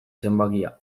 zenbakia